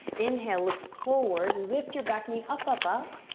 inhale, look forward. lift your back knee up, up, up.